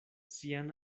sian